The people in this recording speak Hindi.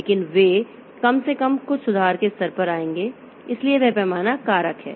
लेकिन वे कम से कम कुछ सुधार के स्तर पर आएंगे इसलिए वह पैमाना कारक है